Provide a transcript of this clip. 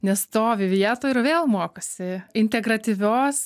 nestovi vietoj ir vėl mokosi integratyvios